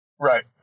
Right